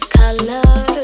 color